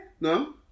No